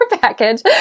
Package